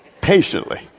Patiently